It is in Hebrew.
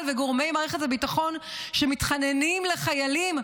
וגורמי מערכת הביטחון שמתחננים לחיילים.